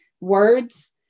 words